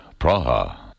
Praha